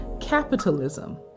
capitalism